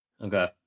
Okay